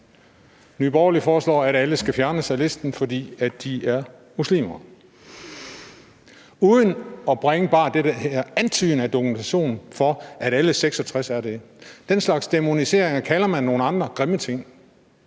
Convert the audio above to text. Nye Borgerlige foreslår, at alle skal fjernes fra listen, fordi de er muslimer – uden at bringe bare antydningen af dokumentation for, at alle 66 er det. Den slags dæmoniseringer kalder man nogle andre grimme ting.